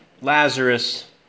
Lazarus